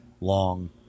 long